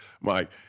Mike